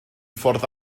ffordd